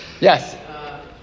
Yes